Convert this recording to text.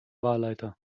wahlleiter